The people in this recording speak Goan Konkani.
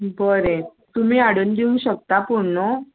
बरें तुमी हाडून दिवंक शकता पूण न्हू